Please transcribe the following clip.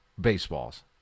baseballs